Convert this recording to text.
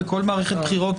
שנית,